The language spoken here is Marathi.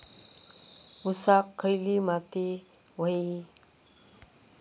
ऊसाक खयली माती व्हयी?